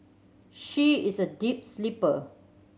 she is a deep sleeper